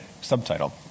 subtitle